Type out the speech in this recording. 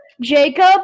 Jacob